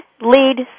lead